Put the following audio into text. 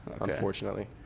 unfortunately